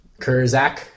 Kurzak